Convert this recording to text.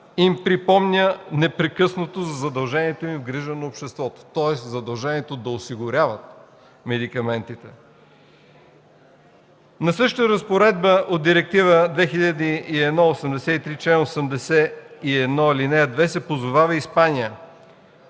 „им припомня непрекъснато за задължението им в грижа на обществото.” Тоест задължението да осигуряват медикаментите. На същата разпоредба от Директива 2001/83 – чл. 81, ал. 2, се позовава Испания.